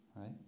right